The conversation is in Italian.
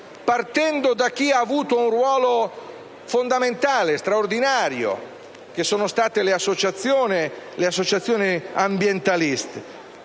partendo da chi ha avuto un ruolo fondamentale e straordinario, come le associazioni ambientaliste.